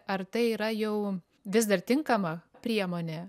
ar tai yra jau vis dar tinkama priemonė